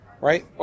right